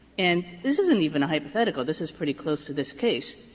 and this isn't even a hypothetical. this is pretty close to this case.